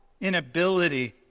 inability